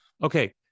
Okay